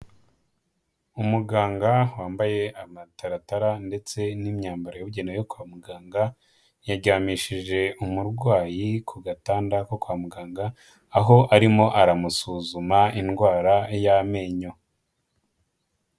Umuganga wambaye amataratara ndetse n'imyambaro yabugenewe yo kwa muganga, yaryamishije umurwayi ku gatanda ko kwa muganga aho arimo aramusuzuma indwara y'amenyo.